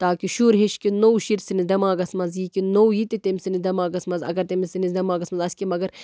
تاکہِ شُر ہٮ۪چھِ کیٚنٛہہ نوٚو شُرۍ سٕنٛدِس دٮ۪ماغَس منٛز یِیہِ کیٚنٛہہ نوٚو یہِ تہِ تٔمۍ سٕنٛدِس دٮ۪ماغَس منٛز اَگر تٔمۍ سٕنٛدِس دٮ۪ماغَس آسہِ کیٚنٛہہ مگر